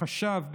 חשב,